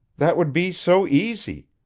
that would be so easy.